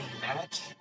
match